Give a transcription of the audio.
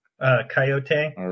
Coyote